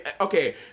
Okay